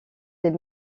des